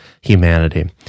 humanity